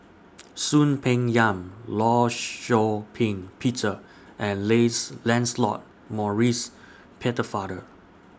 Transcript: Soon Peng Yam law Shau Ping Peter and Lace Lancelot Maurice